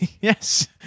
Yes